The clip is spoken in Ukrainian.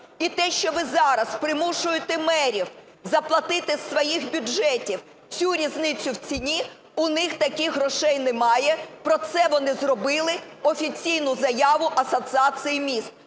І те, що ви зараз примушуєте мерів заплатити із своїх бюджетів цю різницю в ціні, у них таких грошей немає, про це вони зробили офіційну заяву Асоціації міст.